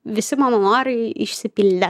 visi mano norai išsipildę